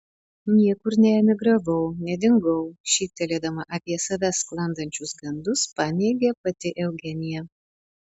niekur neemigravau nedingau šyptelėdama apie save sklandančius gandus paneigė pati eugenija